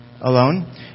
alone